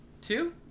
Two